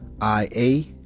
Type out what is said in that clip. I-A